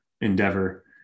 endeavor